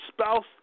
spouse